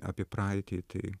apie praeitį tai